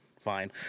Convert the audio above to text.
Fine